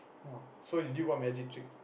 !wah! so you did what magic trick